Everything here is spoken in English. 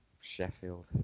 Sheffield